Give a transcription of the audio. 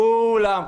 כולם,